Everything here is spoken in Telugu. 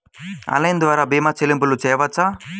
ఆన్లైన్ ద్వార భీమా చెల్లింపులు చేయవచ్చా?